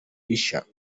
rishya